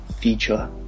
Feature